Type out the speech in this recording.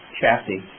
chassis